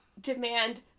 demand